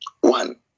One